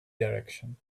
direction